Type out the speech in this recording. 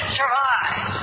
survive